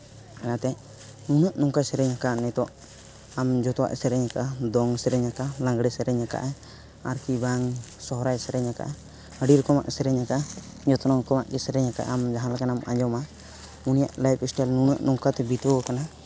ᱚᱱᱠᱟ ᱠᱟᱛᱮᱫ ᱱᱩᱱᱟᱹᱜ ᱱᱚᱝᱠᱟᱭ ᱥᱮᱨᱮᱧᱟᱠᱟᱜᱼᱟ ᱱᱤᱛᱳᱜ ᱟᱢ ᱡᱚᱛᱚᱣᱟᱜ ᱥᱮᱨᱮᱧᱟᱠᱟᱜᱼᱟ ᱫᱚᱝ ᱥᱮᱨᱮᱧᱟᱠᱟᱜᱼᱟ ᱞᱟᱜᱽᱬᱮ ᱥᱮᱨᱮᱧᱟᱠᱟᱜᱼᱟ ᱟᱨᱠᱤ ᱵᱟᱝ ᱥᱚᱦᱚᱨᱟᱭ ᱥᱮᱨᱮᱧᱟᱠᱟᱜᱼᱟ ᱟᱹᱰᱤ ᱨᱚᱠᱚᱢᱟᱜᱼᱮ ᱥᱮᱨᱮᱧᱟᱠᱟᱜᱼᱟ ᱡᱚᱛᱚ ᱨᱚᱠᱚᱢᱟᱜ ᱜᱮᱭ ᱥᱮᱨᱮᱧᱟᱠᱟᱜᱼᱟ ᱟᱢ ᱡᱟᱦᱟᱸᱞᱮᱠᱟᱱᱟᱜᱼᱮᱢ ᱟᱸᱡᱚᱢᱟ ᱩᱱᱤᱭᱟᱜ ᱞᱟᱭᱤᱯ ᱮᱥᱴᱟᱭᱤᱞ ᱱᱩᱱᱟᱹᱜ ᱱᱚᱝᱠᱟ ᱛᱮ ᱵᱤᱛᱟᱹᱣᱟᱠᱟᱱᱟ